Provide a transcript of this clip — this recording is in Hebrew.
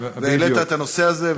והעלית את הנושא הזה,